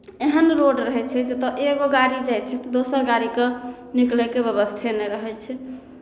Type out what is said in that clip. एहन रोड रहै छै जतय एगो गाड़ी जाइ छै तऽ दोसर गाड़ीके निकलयके व्यवस्थे नहि रहै छै